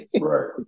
right